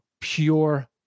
pure